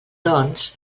doncs